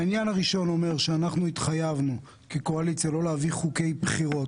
העניין הראשון אומר שאנחנו התחייבנו כקואליציה לא להביא חוקי בחירות.